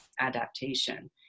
adaptation